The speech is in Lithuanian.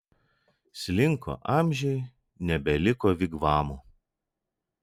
slinko amžiai nebeliko vigvamų